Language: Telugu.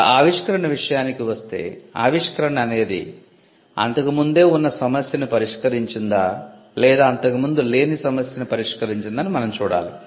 ఒక ఆవిష్కరణ విషయానికి వస్తే ఆవిష్కరణ అనేది అంతకు ముందే ఉన్న సమస్యను పరిష్కరించిందా లేదా అంతకు ముందు లేని సమస్యను పరిష్కరించిందా అని మనం చూడాలి